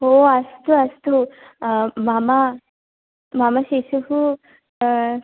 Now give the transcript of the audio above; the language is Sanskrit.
ओ अस्तु अस्तु मम मम शिशुः